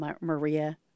Maria